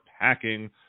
packing